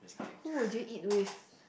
who would you eat with